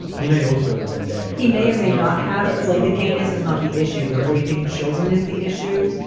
he may also have been gay. he may or may not have. i but like the gayness is not the issue. the raping children is the issue.